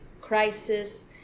crisis